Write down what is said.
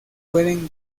pueden